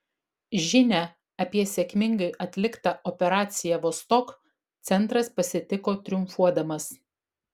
žinią apie sėkmingai atliktą operaciją vostok centras pasitiko triumfuodamas